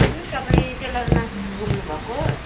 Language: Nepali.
सुन्नु तपाईँ टेलर मास्टर बोल्नु भएको